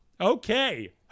Okay